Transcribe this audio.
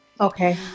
Okay